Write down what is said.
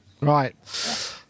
Right